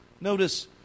Notice